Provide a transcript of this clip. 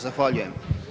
Zahvaljujem.